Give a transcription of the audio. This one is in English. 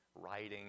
writing